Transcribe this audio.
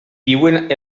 viuen